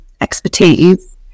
expertise